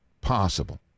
possible